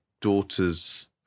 daughter's